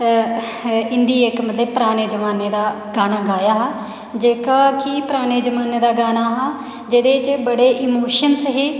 हिंदी मतलब इक्क पराने जमाने दा गाना गाया हा जेह्का की पराने जमाने दा गाना हा जेह्दे च बड़े इमोशन्स हे